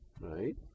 right